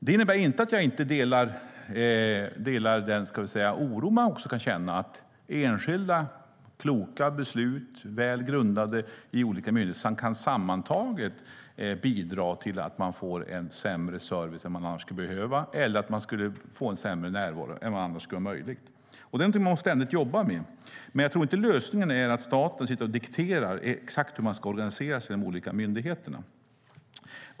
Det innebär inte att jag inte delar den oro som man också kan känna för att enskilda kloka beslut, väl grundade i olika myndigheter, sammantaget kan bidra till att man får en sämre service än man annars skulle behöva få eller att man skulle få en sämre närvaro än vad som annars skulle vara möjligt. Det är något som man ständigt måste jobba med. Men jag tror inte att lösningen är att staten dikterar exakt hur man ska organisera sig i de olika myndigheterna.